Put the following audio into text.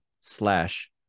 slash